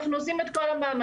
אנחנו עושים את כל המאמצים,